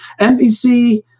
NBC